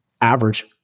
average